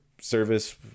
Service